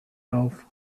auf